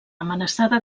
amenaçada